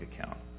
account